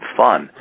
fun